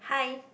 hi